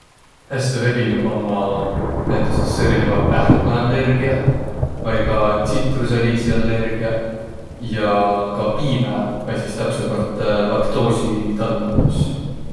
Häste levinüq omma näütüses erineväq pähkmäallergiäq vai ka tsitrusõliisi allergiäq ja ka piimä vai sis täpsembält laktoositalumatus.